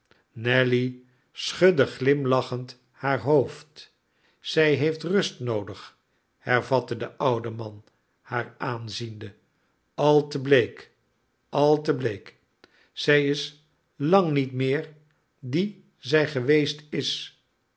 nelly schudde glimlachend haar hoofd zij heeft rust noodig hervatte de oude man haar aanziende al te bleek al te bleek zij is lang niet meer die zij geweest is